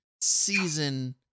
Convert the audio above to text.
season